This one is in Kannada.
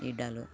ಇಡಲು